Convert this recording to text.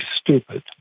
stupid